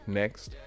next